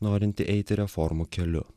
norinti eiti reformų keliu